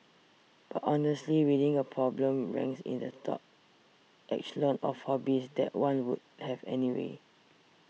but honestly reading a problem ranks in the top echelon of hobbies that one would have anyway